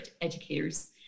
educators